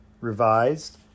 revised